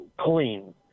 clean